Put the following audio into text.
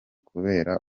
kubera